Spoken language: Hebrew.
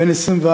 בן 24,